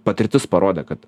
patirtis parodė kad